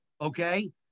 okay